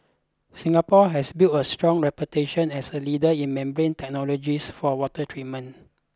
Singapore has built a strong reputation as a leader in membrane technologies for water treatment